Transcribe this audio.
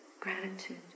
gratitude